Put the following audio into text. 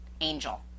Angel